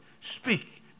Speak